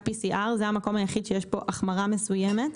PCR. זה המקום היחיד שיש בו החמרה מסוימת.